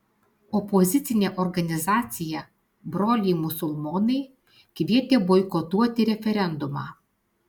opozicinė organizacija broliai musulmonai kvietė boikotuoti referendumą